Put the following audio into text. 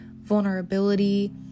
vulnerability